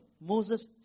Moses